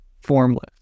formless